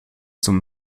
zum